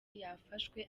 yafashwe